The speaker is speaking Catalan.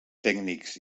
tècnics